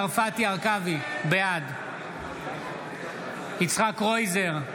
הרכבי, בעד יצחק קרויזר,